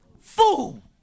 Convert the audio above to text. Fool